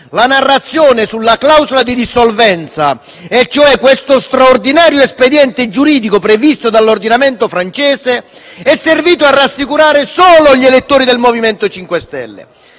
La narrazione sulla clausola di dissolvenza, cioè questo straordinario espediente giuridico previsto dall'ordinamento francese, è servito a rassicurare solo gli elettori del MoVimento 5 Stelle.